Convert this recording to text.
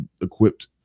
equipped